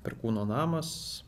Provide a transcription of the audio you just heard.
perkūno namas